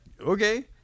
okay